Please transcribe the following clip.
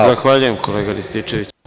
Zahvaljujem, kolega Rističeviću.